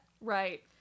Right